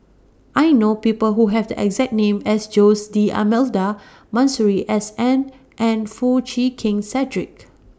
I know People Who Have The exact name as Jose D'almeida Masuri S N and Foo Chee Keng Cedric